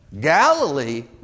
Galilee